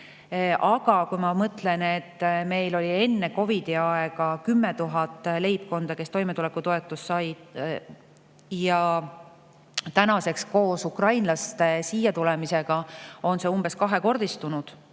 kui mõelda, et meil oli enne COVID-i aega 10 000 leibkonda, kes toimetulekutoetust said, ja tänaseks koos ukrainlaste siiatulemisega on see umbes kahekordistunud